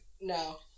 No